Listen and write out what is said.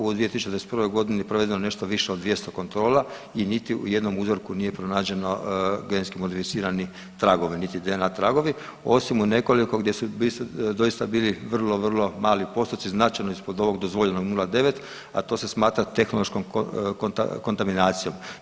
U 2021.g. provedeno je nešto više od 200 kontrola i niti u jednom uzorku nije pronađeno GMO-a tragovi niti … tragovi, osim u nekoliko gdje se doista bili vrlo, vrlo mali postoci značajno ispod ovog dozvoljenog 0,9, a to se smatra tehnološkom kontaminacijom.